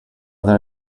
there